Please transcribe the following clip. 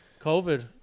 COVID